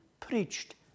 Preached